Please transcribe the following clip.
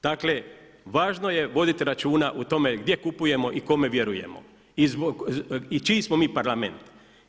Dakle važno je voditi računa o tome gdje kupujemo i kome vjerujemo i čiji smo mi Parlament.